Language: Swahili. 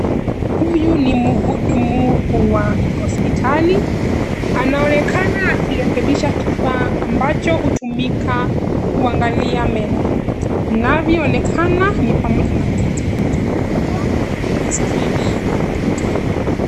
Huyu ni mhudumu wa hospitali, anaonekana kurekebisha kifaa ambacho hutumika kuangalia meno. Inavyoonekana, ni pamoja na kiti cha mgonjwa na skrini ya kompyuta.